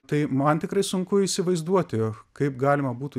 tai man tikrai sunku įsivaizduoti kaip galima būtų